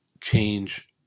change